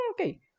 okay